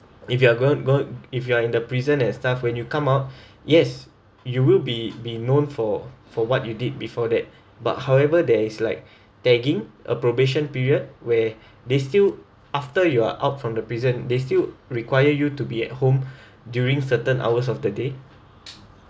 if you are going going if you are in the prison and stuff when you come out yes you will be be known for for what you did before that but however there is like tagging a probation period where they still after you are out from the prison they still require you to be at home during certain hours of the day